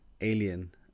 alien